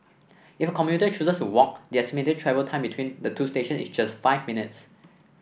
if a commuter chooses walk the estimated travel time between the two station is just five minutes